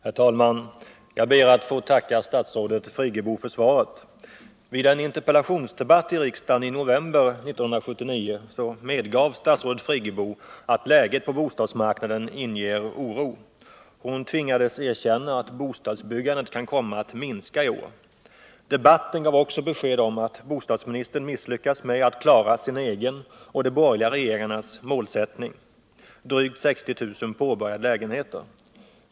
Herr talman! Jag ber att få tacka statsrådet Friggebo för svaret. Vid en interpellationsdebatt i riksdagen i november 1979 medgav statsrådet Friggebo att läget på bostadsmarknaden inger oro. Hon tvingades erkänna att bostadsbyggandet kan komma att minska i år. Debatten gav också besked om att bostadsministern misslyckats med att klara sin egen och de borgerliga regeringarnas målsättning, drygt 60 000 påbörjade lägenheter.